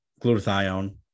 glutathione